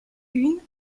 une